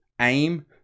aim